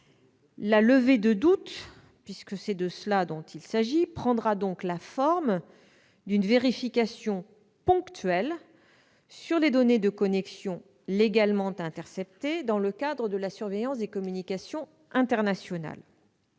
La levée de doute prendra la forme d'une vérification ponctuelle sur les données de connexion légalement interceptées dans le cadre de la surveillance des communications internationales.